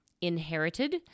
inherited